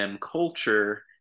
culture